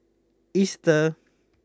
Easter